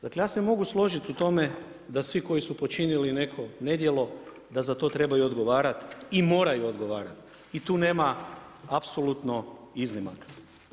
Dakle ja se mogu složiti u tome da svi koji su počinili neko nedjelo da za to trebaju odgovarati i moraju odgovarati i tu nema apsolutno iznimaka.